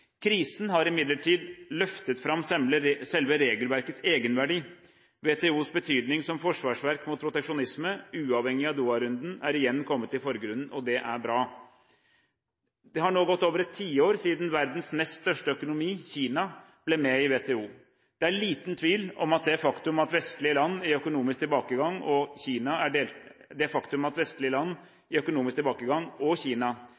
Krisen har imidlertid løftet fram selve regelverkets egenverdi. WTOs betydning som forsvarsverk mot proteksjonisme – uavhengig av Doha-runden – er igjen kommet i forgrunnen. Det er bra. Det har nå gått over et tiår siden verdens nest største økonomi, Kina, ble med i WTO. Det er liten tvil om at det faktum at vestlige land i økonomisk tilbakegang og Kina er